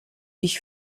ich